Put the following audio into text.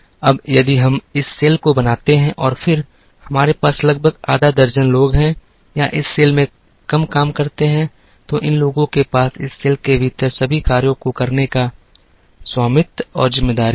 अब यदि हम इस सेल को बनाते हैं और फिर हमारे पास लगभग आधा दर्जन लोग हैं या इस सेल में कम काम करते हैं तो इन लोगों के पास इस सेल के भीतर सभी कार्यों को करने का स्वामित्व और जिम्मेदारी होगी